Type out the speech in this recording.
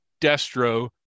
Destro